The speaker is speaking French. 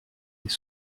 des